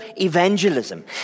evangelism